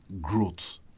growth